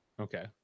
Okay